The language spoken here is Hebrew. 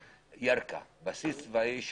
שר שענייני משרדו נידונים בוועדה קבועה המנויה בסעיף 100